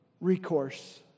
recourse